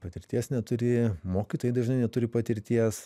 patirties neturi mokytojai dažnai neturi patirties